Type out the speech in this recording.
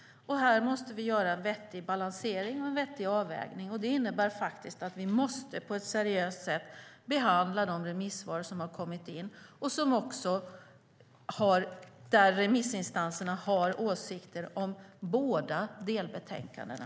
Här måste vi göra en vettig balansering och en vettig avvägning. Det innebär att vi på ett seriöst sätt måste behandla de remissvar som har kommit in, också sådana där remissinstanserna har åsikter om båda delbetänkandena.